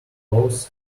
ufos